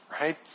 right